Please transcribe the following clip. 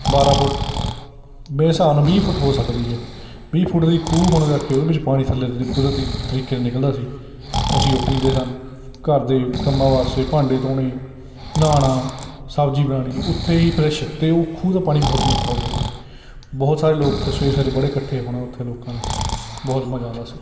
ਬਾਰ੍ਹਾਂ ਫੁੱਟ ਮੇਰੇ ਹਿਸਾਬ ਨਾਲ ਵੀਹ ਫੁੱਟ ਹੋ ਸਕਦੀ ਹੈ ਵੀਹ ਫੁੱਟ ਦੀ ਖੂਹ ਹੋਣ ਕਰਕੇ ਉਹਦੇ ਵਿੱਚ ਪਾਣੀ ਥੱਲੇ ਕੁਦਰਤੀ ਤਰੀਕੇ ਨਾਲ ਨਿਕਲਦਾ ਸੀ ਅਸੀਂ ਉਹ ਪੀਂਦੇ ਸਨ ਘਰ ਦੇ ਕੰਮ ਵਾਸਤੇ ਭਾਂਡੇ ਧੋਣੇ ਨਹਾਉਣਾ ਸਬਜ਼ੀ ਬਣਾਉਣੀ ਉੱਥੇ ਹੀ ਫਰੈਸ਼ ਅਤੇ ਉਹ ਖੂਹ ਦਾ ਪਾਣੀ ਬਹੁਤ ਮਿੱਠਾ ਹੁੰਦਾ ਸੀ ਬਹੁਤ ਸਾਰੇ ਲੋਕ ਉੱਥੇ ਸਵੇਰੇ ਸਵੇਰੇ ਬੜੇ ਇਕੱਠੇ ਹੋਣਾ ਉੱਥੇ ਲੋਕਾਂ ਨੇ ਬਹੁਤ ਮਜ਼ਾ ਆਉਂਦਾ ਸੀ